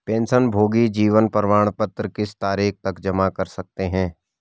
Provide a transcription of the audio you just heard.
पेंशनभोगी जीवन प्रमाण पत्र किस तारीख तक जमा कर सकते हैं?